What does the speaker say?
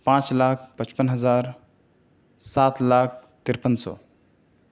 پانچ لاکھ پچپن ہزار سات لاکھ تریپن سو